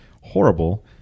horrible